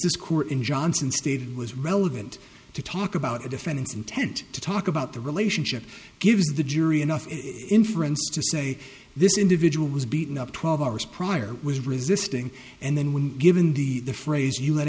this court in johnson stated was relevant to talk about the defendant's intent to talk about the relationship gives the jury enough inference to say this individual was beaten up twelve hours prior was resisting and then when given the the phrase you let